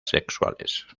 sexuales